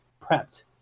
prepped